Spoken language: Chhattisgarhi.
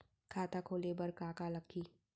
खाता खोले बार का का लागही?